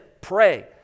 Pray